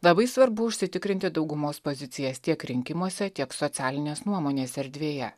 labai svarbu užsitikrinti daugumos pozicijas tiek rinkimuose tiek socialinės nuomonės erdvėje